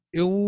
eu